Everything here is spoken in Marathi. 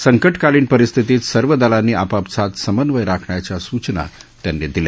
संकटकालीन परिस्थितीत सर्व दलांनी आपआपसात समन्वय राखण्याच्या सूचना त्यांनी दिल्या